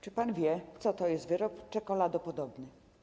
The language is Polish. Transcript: Czy pan wie, co to jest wyrób czekoladopodobny?